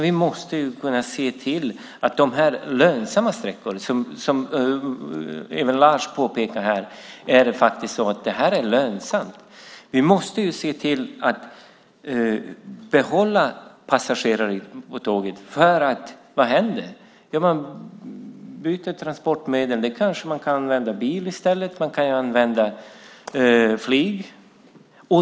Vi måste se till att behålla tågpassagerare på de lönsamma sträckorna - även Lars påpekar att det här är lönsamt. Vad händer annars? Man byter transportmedel. Man kanske kan använda bil i stället. Man kan använda flyg.